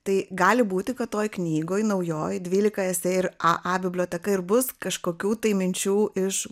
tai gali būti kad toj knygoj naujoj dvylika esė ir a a biblioteka ir bus kažkokių tai minčių iš